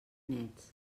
nets